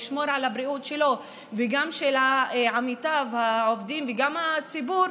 לשמור על הבריאות שלו וגם של עמיתיו העובדים וגם הציבור,